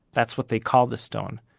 that's what they called the stone,